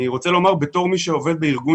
אני רוצה לומר בתור מי שעובד בארגון